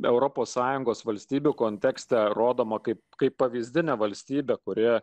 europos sąjungos valstybių kontekste rodoma kaip kaip pavyzdinė valstybė kurioje